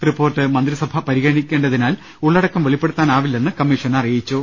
report മന്ത്രിസഭ പരിഗണിക്കേണ്ടതിനാൽ ഉള്ളടക്കം വെളി പ്പെടുത്താനാവില്ലെന്ന് കമ്മിഷൻ പറഞ്ഞു